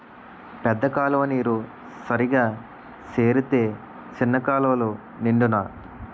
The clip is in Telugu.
పెద్ద కాలువ నీరు సరిగా సేరితే సిన్న కాలువలు నిండునా